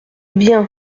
bien